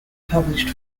published